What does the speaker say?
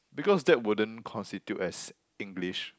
because that wouldn't constitute as English